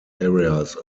areas